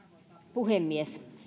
puhemies